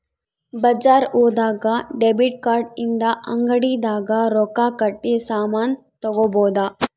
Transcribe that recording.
ಬಜಾರ್ ಹೋದಾಗ debit card ಇಂದ ಅಂಗಡಿ ದಾಗ ರೊಕ್ಕ ಕಟ್ಟಿ ಸಾಮನ್ ತಗೊಬೊದು